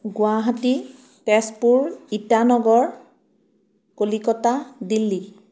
Guwahati Tezpur Itanagar Kolkata Delhi